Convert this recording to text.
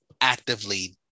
actively